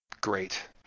great